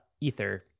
Ether